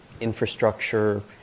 infrastructure